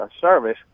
service